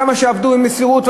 כמה שעבדו במסירות,